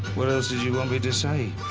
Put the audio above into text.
what else did you want me to say?